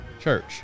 church